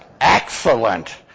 Excellent